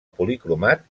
policromat